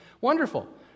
Wonderful